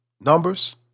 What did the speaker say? Numbers